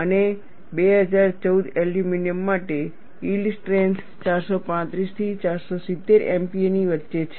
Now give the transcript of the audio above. અને 2014 એલ્યુમિનિયમ માટે yield strength 435 થી 470 MPa ની વચ્ચે છે